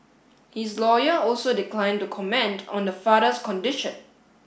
his lawyer also declined to comment on the father's condition